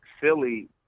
Philly